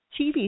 TV